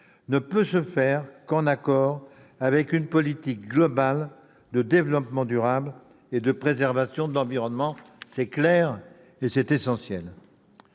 ne peut se faire qu'en accord avec une politique globale de développement durable et de préservation de l'environnement. Ce point est essentiel.